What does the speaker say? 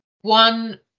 one